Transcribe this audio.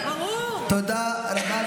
תודה רבה.